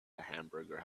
hamburger